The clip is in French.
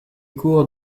cours